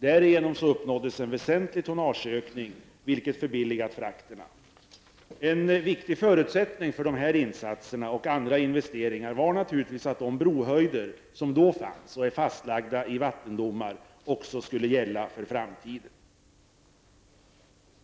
Därigenom uppnåddes en väsentlig tonnageökning, vilket förbilligat frakterna. En viktig förutsättning för dessa insatser och andra investeringar var naturligtvis att de brohöjder som då fanns, och som fastlagts i vattendomar, också skulle gälla i framtiden.